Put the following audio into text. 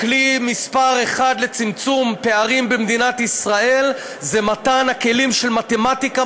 הכלי מספר אחת לצמצום פערים במדינת ישראל זה מתן הכלים של מתמטיקה,